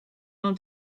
mewn